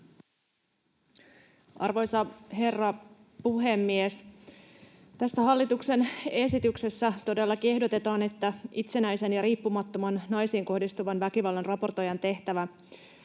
Arvoisa herra puhemies! Tässä hallituksen esityksessä todellakin ehdotetaan, että itsenäisen ja riippumattoman naisiin kohdistuvan väkivallan raportoijan tehtävä